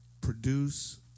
produce